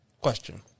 question